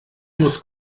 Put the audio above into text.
muss